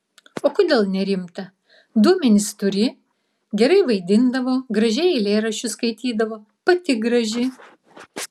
o kodėl nerimta duomenis turi gerai vaidindavo gražiai eilėraščius skaitydavo pati graži